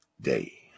day